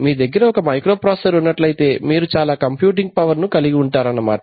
మీ దగ్గర ఒక microprocessor ఉన్నట్లయితే మీరు చాలా కంప్యూటింగ్ పవర్ ను కలిగి ఉంటారు అన్నమాట